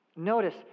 Notice